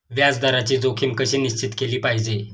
व्याज दराची जोखीम कशी निश्चित केली पाहिजे